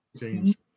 Change